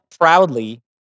proudly